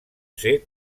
ser